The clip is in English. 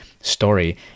story